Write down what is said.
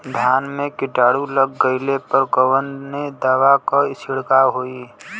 धान में कीटाणु लग गईले पर कवने दवा क छिड़काव होई?